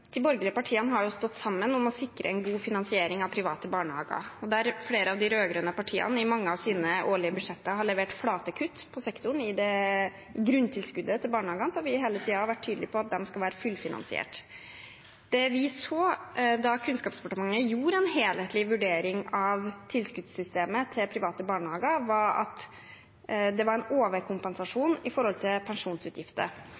De borgerlige partiene har stått sammen om å sikre en god finansiering av private barnehager. Der flere av de rød-grønne partiene i mange av sine årlige budsjetter har levert flate kutt på sektoren i grunntilskuddet til barnehagene, har vi hele tiden vært tydelige på at de skal være fullfinansierte. Det vi så da Kunnskapsdepartementet gjorde en helhetlig vurdering av tilskuddssystemet til private barnehager, var at det var en